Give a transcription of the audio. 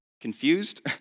confused